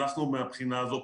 אנחנו מהבחינה הזו,